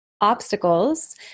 obstacles